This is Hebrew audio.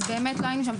אז באמת לא היינו שם.